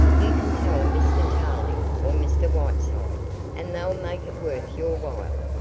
you can tell mr. tarling or mr. whiteside and they'll make it worth your while.